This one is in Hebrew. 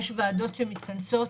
יש ועדות שמתכנסות.